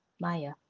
Maya